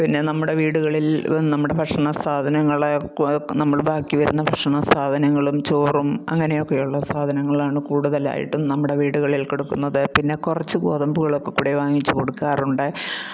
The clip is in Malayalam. പിന്നെ നമ്മുടെ വീടുകളിൽ നമ്മുടെ ഭക്ഷണസാധനങ്ങൾ നമ്മൾ ബാക്കി വരുന്ന ഭക്ഷണ സാധനങ്ങളും ചോറും അങ്ങനെയൊക്കെയുള്ള സാധനങ്ങളാണ് കൂടുതലായിട്ട് നമ്മുടെ വീടുകളിൽ കൊടുക്കുന്നത് പിന്നെ കുറച്ച് ഗോതമ്പുകളൊക്കെ കൂടി വാങ്ങിച്ചു കൊടുക്കാറുണ്ട്